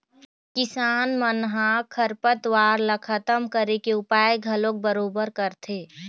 किसान मन ह खरपतवार ल खतम करे के उपाय घलोक बरोबर करथे